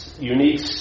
unique